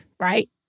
Right